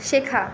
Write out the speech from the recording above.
শেখা